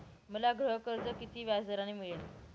मला गृहकर्ज किती व्याजदराने मिळेल?